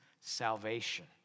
salvation